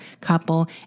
couple